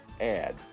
Add